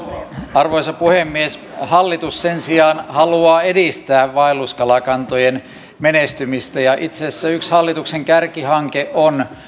arvoisa puhemies hallitus sen sijaan haluaa edistää vaelluskalakantojen menestymistä ja itse asiassa yksi hallituksen kärkihanke on